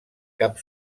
cap